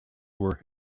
were